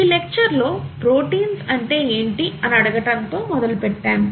ఈ లెక్చర్ లో ప్రోటీన్స్ అంటే ఏంటి అని అడగటంతో మొదలుపెట్టాం